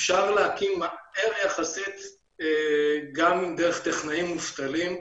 אפשר להקים מהר יחסית גם דרך טכנאים מובטלים,